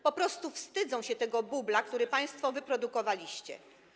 Po prostu wstydzą się tego bubla, który państwo wyprodukowaliście.